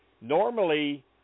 Normally